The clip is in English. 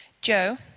Joe